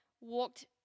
walked